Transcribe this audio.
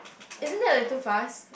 isn't that like too fast